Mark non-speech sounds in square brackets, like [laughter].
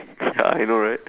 [noise] ya I know right